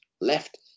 left